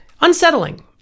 unsettling